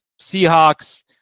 Seahawks